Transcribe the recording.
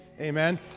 Amen